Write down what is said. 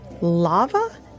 Lava